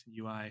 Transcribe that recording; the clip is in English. UI